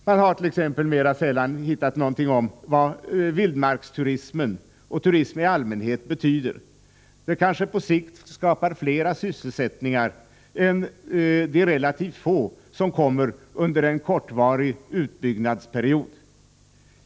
Man vet t.ex. mera sällan vad vildmarksturismen och turism i allmänhet betyder. Denna nya turism kanske på sikt skapar mer sysselsättning än de relativt få arbetstillfällen som uppkommer under en kortvarig utbyggnadsperiod.